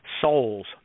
souls